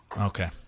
Okay